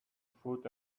food